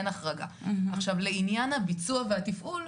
לעניין הביצוע והתפעול,